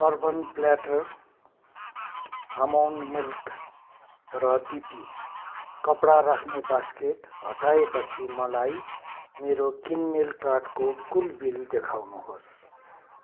urban platter almond milk र डिपी कपडा राख्ने बास्केट हटाएपछि मलाई मेरो किनमेल कार्टको कुल बिल देखाउनुहोस्